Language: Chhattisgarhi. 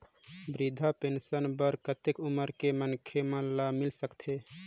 वृद्धा पेंशन बर कतेक उम्र के मनखे मन ल मिल सकथे?